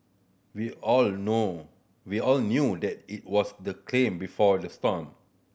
we all know we all knew that it was the calm before the storm